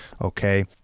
okay